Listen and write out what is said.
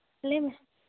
ᱞᱟᱹᱭ ᱢᱮ